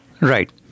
Right